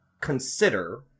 Consider